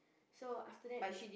so after that they